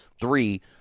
Three